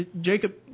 Jacob